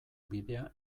bidea